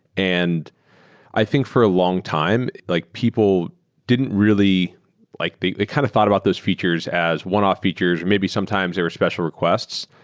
and i think for a long time, like people didn't really like they kind of thought about those features as one-off features, or maybe sometimes they were special requests.